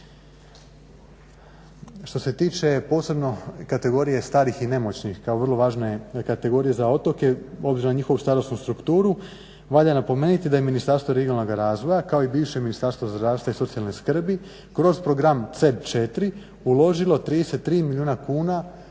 Što se tiče posebno kategorije starih i nemoćnih kao vrlo važne kategorije za otoke, obzirom na njihovu starosnu strukturu valja napomenuti da je Ministarstvo regionalnog razvoja kao i bivše ministarstvo zdravstva i socijalne skrbi kroz program CEB 4 uložilo 33 milijuna kuna